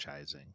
franchising